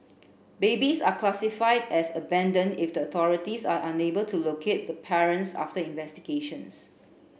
babies are classified as abandoned if the authorities are unable to locate the parents after investigations